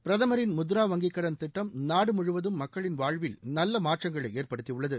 பிரதமரின் முத்ரா வங்கிக் கடன் திட்டம் நாடு முழுவதும் மக்களின் வாழ்வில் நல்ல மாற்றங்களை ஏற்படுத்தியுள்ளது